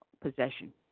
possession